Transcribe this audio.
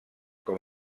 com